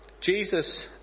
Jesus